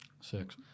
Six